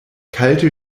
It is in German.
kalte